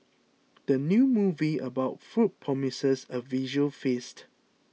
the new movie about food promises a visual feast